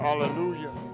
Hallelujah